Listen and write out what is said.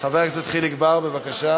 חבר הכנסת חיליק בר, בבקשה.